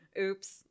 Oops